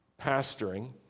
pastoring